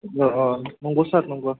अ अ नंग' सार नंग'